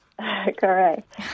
Correct